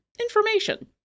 information